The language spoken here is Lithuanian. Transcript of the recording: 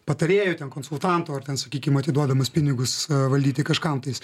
patarėjų konsultantų ar ten sakykim atiduodamas pinigus valdyti kažkam tais